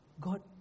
God